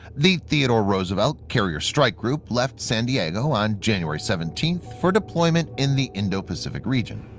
the theodore roosevelt carrier strike group left san diego on jan. seventeen for deployment in the indo-pacific region.